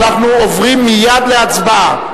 אנחנו עוברים מייד להצבעה.